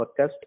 Podcast